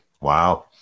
wow